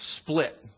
split